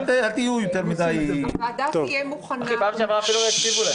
אל תהיו יותר מדי --- בפעם שעברה אפילו לא הקשיבו להם.